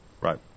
Right